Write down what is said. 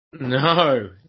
No